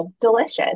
delicious